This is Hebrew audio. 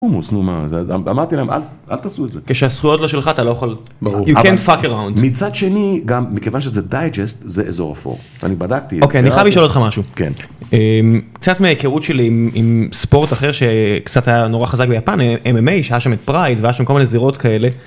אמרתי להם אל תעשו את זה כשהזכויות לא שלך אתה לא יכול לבחור. מצד שני גם מכיוון שזה דייג'סט זה איזה אופור, אני בדקתי. אוקיי אני חייב לשאול אותך משהו, כן, קצת מהיכרות שלי עם ספורט אחר שקצת היה נורא חזק ביפן ממי שהיה שם את פרייד והיו שם כל מיני זירות כאלה.